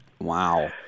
Wow